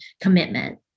commitment